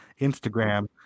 instagram